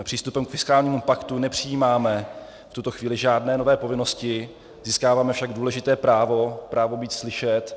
Přístupem k fiskálnímu paktu nepřijímáme v tuto chvíli žádné nové povinnosti, získáváme však důležité právo právo být slyšet.